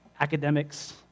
academics